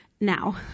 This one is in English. now